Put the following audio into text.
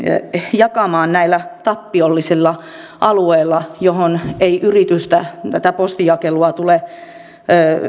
jakamaan kirjeet näillä tappiollisilla alueilla joille ei yritystä tätä postinjakelua tule